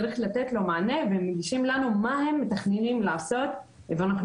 צריך לתת לו מענה והם מגישים לנו מה הם מתכננים לעשות ואנחנו